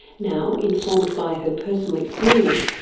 now, informed by her personal experience,